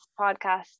podcast